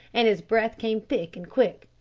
and his breath came thick and quick.